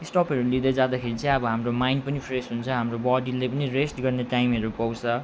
स्टपहरू लिँदै जादाँखेरि चाहिँ अब हाम्रो माइन्ड पनि फ्रेस हुन्छ हाम्रो बडीले पनि रेस्ट गर्ने टाइमहरू पाउँछ